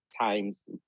times